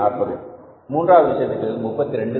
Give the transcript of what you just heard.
40 மூன்றாவது விஷயத்திற்கு 32